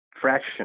fraction